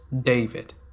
david